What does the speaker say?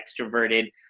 extroverted